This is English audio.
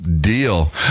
deal